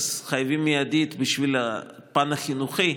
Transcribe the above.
בשביל הפן החינוכי,